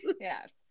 Yes